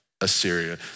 Assyria